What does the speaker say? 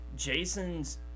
Jason's